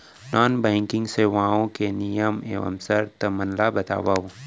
non banking सेवाओं के नियम एवं शर्त मन ला बतावव